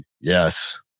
Yes